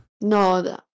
No